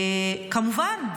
כמובן,